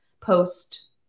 post